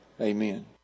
Amen